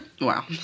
Wow